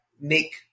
make